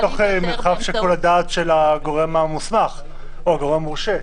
זה נכנס לתוך מרחב שיקול הדעת של הגורם המוסמך או הגורם המורשה.